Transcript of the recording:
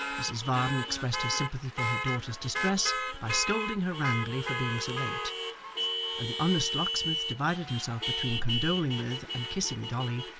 mrs varden expressed her sympathy for her daughter's distress by scolding her roundly for being so late and the honest locksmith divided himself between condoling with and kissing dolly,